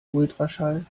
ultraschall